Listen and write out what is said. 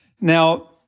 Now